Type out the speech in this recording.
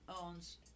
owns